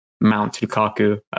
Mount-Lukaku